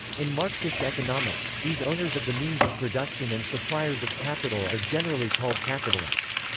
in marxist economics, these owners of the means of production and suppliers of capital are generally called capitalists.